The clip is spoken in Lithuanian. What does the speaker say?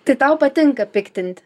tai tau patinka piktinti